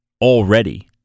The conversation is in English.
already